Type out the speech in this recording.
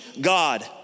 God